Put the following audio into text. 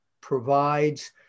provides